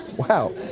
wow.